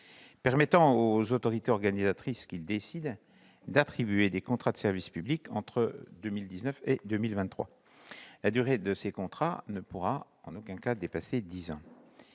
permettant aux autorités organisatrices qui le décident d'attribuer directement des contrats de service public entre 2019 et 2023. La durée de ces contrats ne pourra en aucun cas dépasser dix ans.